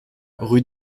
rue